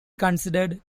considered